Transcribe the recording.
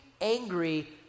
angry